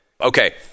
Okay